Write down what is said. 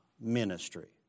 ministry